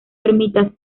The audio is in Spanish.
ermitas